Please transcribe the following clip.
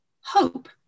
hope